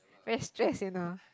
very stress you know